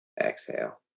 exhale